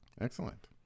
excellent